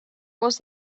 was